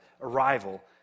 arrival